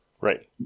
Right